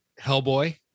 Hellboy